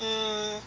mm